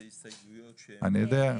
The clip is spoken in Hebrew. אדוני, זה הסתייגויות שהן --- אני יודע.